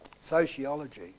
sociology